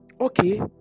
okay